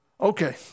Okay